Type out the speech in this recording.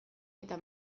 eta